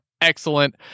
excellent